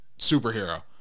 superhero